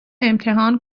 امتحان